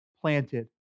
planted